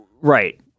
Right